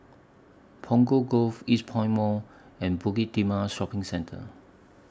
Punggol Cove Eastpoint Mall and Bukit Timah Shopping Centre